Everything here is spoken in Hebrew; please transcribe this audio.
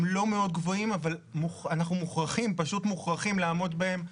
הם לא מאוד גבוהים אבל אנחנו פשוט מוכרחים לעמוד בהם.